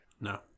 no